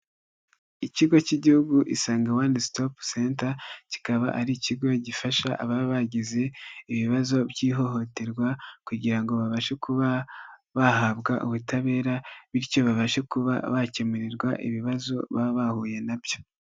Ikigo cy'igihugu Isange one stop center kikaba ari ikigo gifasha ababa bagize ibibazo by'ihohoterwa kugira ngo babashe kuba bahabwa ubutabera bityo babashe kuba bakemurirwa ibibazo baba bahuye nabyo.